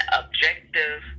objective